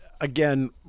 again